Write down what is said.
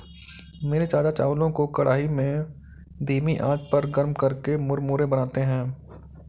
मेरे चाचा चावलों को कढ़ाई में धीमी आंच पर गर्म करके मुरमुरे बनाते हैं